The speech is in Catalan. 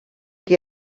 que